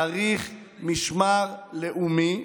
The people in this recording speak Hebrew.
צריך משמר לאומי.